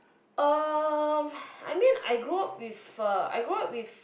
um I mean I grow up with uh I grow up with